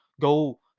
go